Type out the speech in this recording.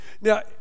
Now